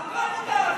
באמת, נו.